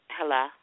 Hello